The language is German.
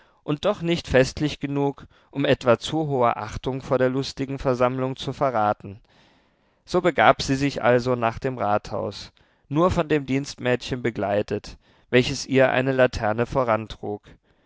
und doch nicht festlich genug um etwa zu hohe achtung vor der lustigen versammlung zu verraten so begab sie sich also nach dem rathaus nur von dem dienstmädchen begleitet welches ihr eine laterne